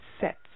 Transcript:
sets